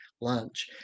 lunch